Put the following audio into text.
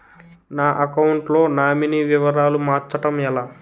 నా అకౌంట్ లో నామినీ వివరాలు మార్చటం ఎలా?